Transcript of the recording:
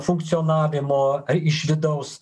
funkcionavimo iš vidaus